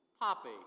Poppy